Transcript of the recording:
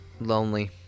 Lonely